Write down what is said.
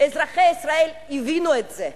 אזרחי ישראל הבינו את זה,